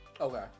okay